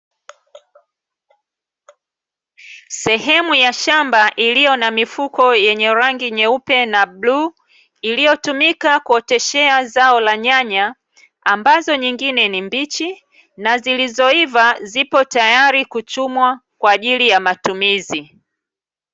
Sehemu ya shamba iliyo na mifuko yenye rangi nyeupe na bluu, iliyotumika kuoteshea zao la nyanya ambazo nyingine ni mbichi na zilizoiva zipo tayari kuchumwa kwa ajili ya matumizi.